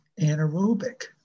anaerobic